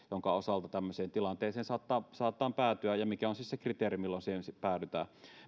jonka osalta tämmöiseen tilanteeseen saatetaan päätyä ja mikä on siis se kriteeri milloin siihen sitten päädytään